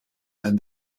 and